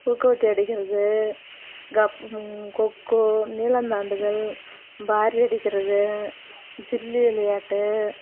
ஊக்கை விட்டு அடிக்கிறது கப் கொக்கோ நீளம் தாண்டுதல் பாரி அடிக்கிறது ஜல்லி விளையாட்டு